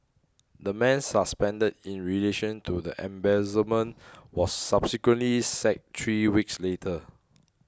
the man suspended in relation to the embezzlement was subsequently sacked three weeks later